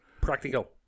practical